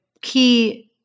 key